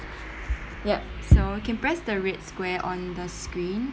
yup so can press the red square on the screen